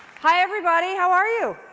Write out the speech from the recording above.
hi, everybody! how are you?